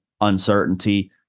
uncertainty